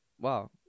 Wow